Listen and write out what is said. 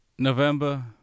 November